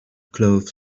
clothes